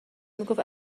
میگفت